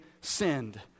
sinned